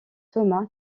tomáš